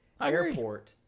airport